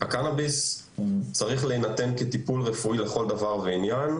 הקנביס צריך להינתן כטיפול רפואי לכל דבר ועניין,